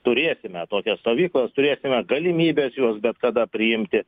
turėsime tokias stovyklas turėsime galimybes juos bet kada priimti